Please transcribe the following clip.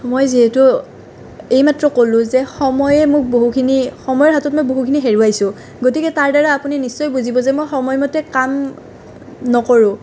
মই যিহেতু এই মাত্ৰ ক'লোঁ যে সময়ে মোক বহুখিনি সময়ৰ হাতত মই বহুখিনি হেৰুৱাইছোঁ গতিকে তাৰ দ্বাৰা আপুনি নিশ্চয় বুজিব যে মই সময় মতে কাম নকৰোঁ